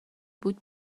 بود